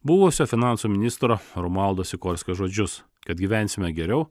buvusio finansų ministro romualdo sikorskio žodžius kad gyvensime geriau